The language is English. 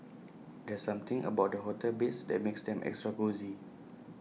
there's something about the hotel beds that makes them extra cosy